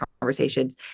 conversations